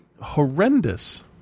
horrendous